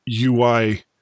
UI